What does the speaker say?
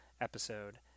episode